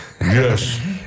yes